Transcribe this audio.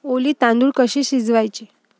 ओली तांदूळ कसे शिजवायचे